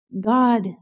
God